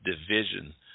division